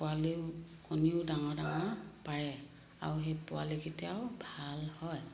পোৱালিও কণীও ডাঙৰ ডাঙৰ পাৰে আৰু সেই পোৱালিকিটাও ভাল হয়